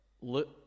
look